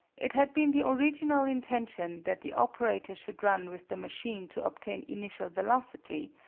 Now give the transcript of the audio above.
it had been the original intention that the operator should run with the machine to obtain initial velocity,